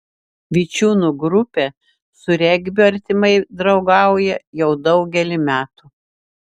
vičiūnų grupė su regbiu artimai draugauja jau daugelį metų